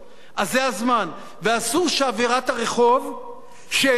אסור שאווירת הרחוב שאינה נקייה מאינטרסים